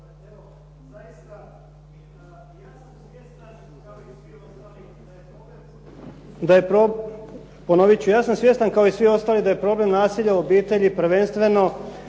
Goran (SDP)** Ja sam svjestan kao i svi ostali da je problem nasilja u obitelji prvenstveno